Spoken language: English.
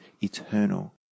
eternal